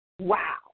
wow